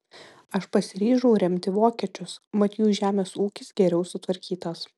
aš pasiryžau remti vokiečius mat jų žemės ūkis geriau sutvarkytas